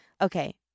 Okay